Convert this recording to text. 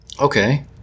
Okay